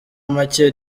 make